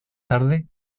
tarde